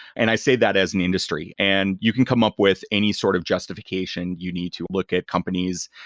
and i say that as an industry. and you can come up with any sort of justification you need to look at companies.